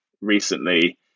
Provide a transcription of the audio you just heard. recently